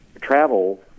...travel